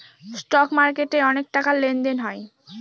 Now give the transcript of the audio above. stock মার্কেটে অনেক টাকার লেনদেন হয়